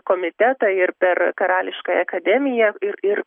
komitetą ir per karališkąją akademiją ir ir